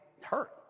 hurt